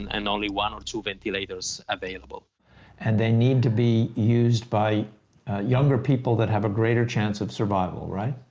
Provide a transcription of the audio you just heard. and, and only one or two ventilators available. smith and they need to be used by younger people that have a greater chance of survival, right?